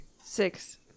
Six